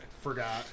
Forgot